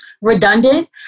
redundant